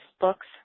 books